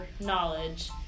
knowledge